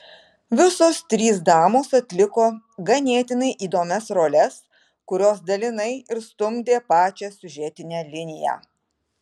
visos trys damos atliko ganėtinai įdomias roles kurios dalinai ir stumdė pačią siužetinę liniją